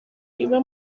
iba